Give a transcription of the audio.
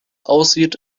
aussieht